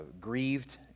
grieved